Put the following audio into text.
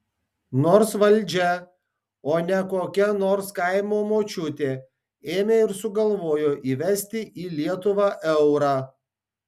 nors valdžia o ne kokia nors kaimo močiutė ėmė ir sugalvojo įvesti į lietuvą eurą